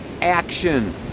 action